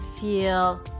feel